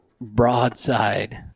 broadside